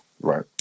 Right